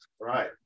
right